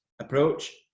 approach